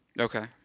Okay